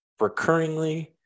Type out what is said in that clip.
recurringly